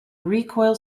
recoil